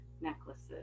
necklaces